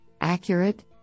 Accurate